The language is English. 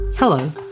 Hello